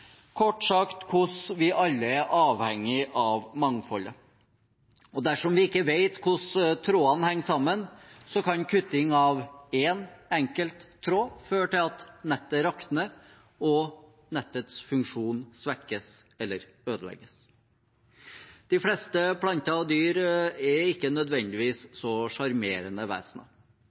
kort sagt hvordan vi alle er avhengig av mangfold. Og dersom vi ikke vet hvordan trådene henger sammen, kan kutting av én enkelt tråd føre til at nettet rakner og nettets funksjon svekkes eller ødelegges. De fleste planter og dyr er ikke nødvendigvis så sjarmerende